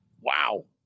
Wow